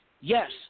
yes